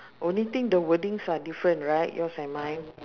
only thing the wordings are different right yours and mine